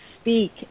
speak